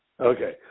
Okay